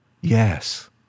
Yes